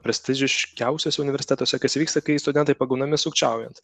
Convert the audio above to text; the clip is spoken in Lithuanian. prestižiškiausiuose universitetuose kas vyksta kai studentai pagaunami sukčiaujant